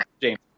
James